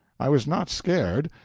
i was not scared,